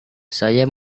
saya